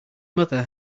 mother